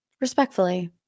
Respectfully